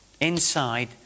Inside